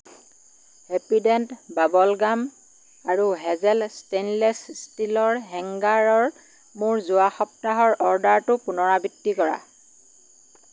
Happydent bubble gum আৰু Hazel stainless ষ্টীলৰ হেংগাৰৰ মোৰ যোৱা সপ্তাহৰ অৰ্ডাৰটোৰ পুনৰাবৃত্তি কৰা